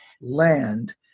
land